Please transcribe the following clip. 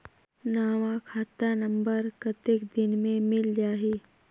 नवा खाता नंबर कतेक दिन मे मिल जाही?